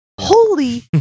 Holy